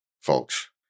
folks